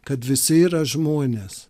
kad visi yra žmonės